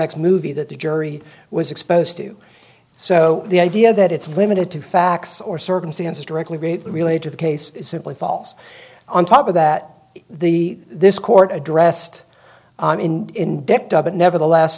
x movie that the jury was exposed to so the idea that it's limited to facts or circumstances directly related to the case simply falls on top of that the this court addressed in depth but nevertheless